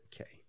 Okay